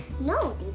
no